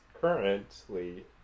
currently